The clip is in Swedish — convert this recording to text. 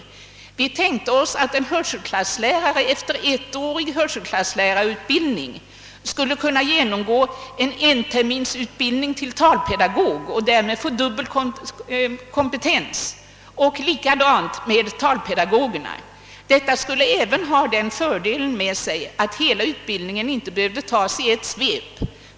Kommittén tänkte sig att en hörselklasslärare efter ettårig utbildning skulle kunna genomgå en termins utbildning till talpedagog och därmed få dubbel kompetens. På samma sätt skulle det vara för talpedagogerna. Detta skulle även medföra den fördelen, att hela utbildningen inte behövde tas i ett svep.